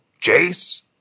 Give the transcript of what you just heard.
Jace